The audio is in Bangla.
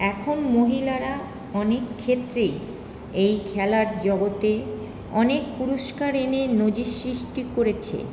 এখন মহিলারা অনেকক্ষেত্রেই এই খেলার জগতে অনেক পুরস্কার এনে নজির সৃষ্টি করেছে